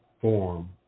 form